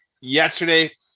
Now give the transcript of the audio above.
yesterday